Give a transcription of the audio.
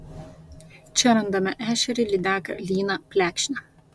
čia randame ešerį lydeką lyną plekšnę